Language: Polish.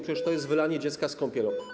Przecież to jest wylanie dziecka z kąpielą.